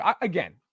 again